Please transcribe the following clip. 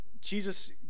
Jesus